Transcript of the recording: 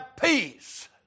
peace